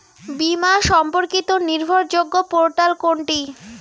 বীমা সম্পর্কিত নির্ভরযোগ্য পোর্টাল কোনটি?